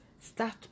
start